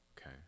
okay